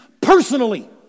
personally